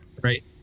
Right